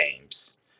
games